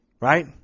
Right